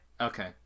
Okay